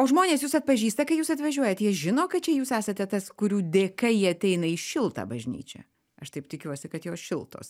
o žmonės jus atpažįsta kai jūs atvažiuojat jie žino kad čia jūs esate tas kurių dėka jie ateina į šiltą bažnyčią aš taip tikiuosi kad jos šiltos